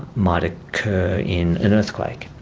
might ah occur in an earthquake.